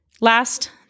Last